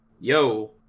Yo